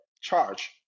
charge